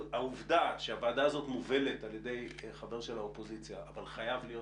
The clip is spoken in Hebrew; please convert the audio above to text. העובדה שהוועדה הזאת מובלת על ידי חבר האופוזיציה אבל חייב להיות